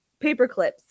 paperclips